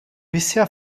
bisher